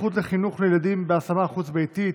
הזכות לחינוך לילדים בהשמה חוץ-ביתית),